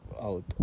out